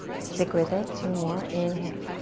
stick with it. two more, inhale.